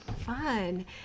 fun